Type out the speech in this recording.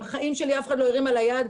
בחיים שלי אף אחד לא הרים עלי יד,